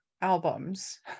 albums